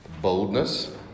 boldness